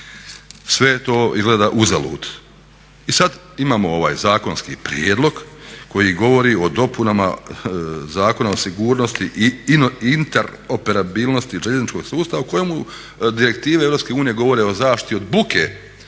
je to izgleda uzalud. I sad imamo ovaj zakonski prijedlog koji govori o dopunama Zakona o sigurnosti i interoperabilnosti željezničkog sustava u kojemu direktive EU govore o zaštiti od buke